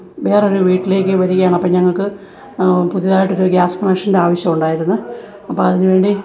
വേറൊരു വീട്ടിലേക്ക് വരികയാണ് അപ്പോള് ഞങ്ങൾക്ക് പുതിയതായിട്ട് ഒരു ഗ്യാസ് കണക്ഷൻ്റ ആവശ്യമുണ്ടായിരുന്നു അപ്പോഴതിനു വേണ്ടി